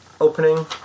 opening